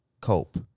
cope